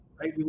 right